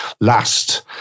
last